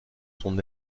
son